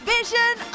Vision